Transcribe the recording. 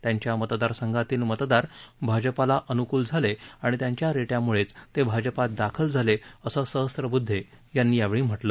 त्यांच्या मतदार संघातील मतदार भाजपला अन्कूल झाले आणि त्यांच्या रेट्याम्ळेच ते भाजपत दाखल झाले असं सहस्रब्दधे यांनी यावेळी म्हटलं